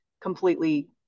completely